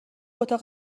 اتاق